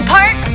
Park